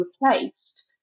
replaced